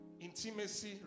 Intimacy